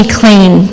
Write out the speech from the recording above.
clean